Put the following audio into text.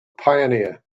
pioneer